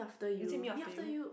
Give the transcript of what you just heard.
is it Me After You